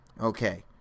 Okay